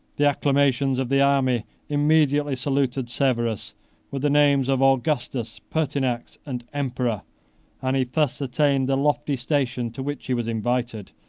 the acclamations of the army immediately saluted severus with the names of augustus, pertinax, and emperor and he thus attained the lofty station to which he was invited,